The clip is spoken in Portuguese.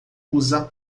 usa